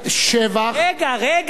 שבח, אלא, רגע, רגע.